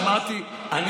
מה שנעשה, נעשה.